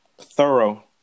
Thorough